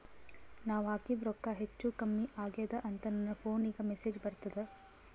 ನಾವ ಹಾಕಿದ ರೊಕ್ಕ ಹೆಚ್ಚು, ಕಮ್ಮಿ ಆಗೆದ ಅಂತ ನನ ಫೋನಿಗ ಮೆಸೇಜ್ ಬರ್ತದ?